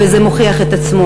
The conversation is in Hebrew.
וזה מוכיח את עצמו.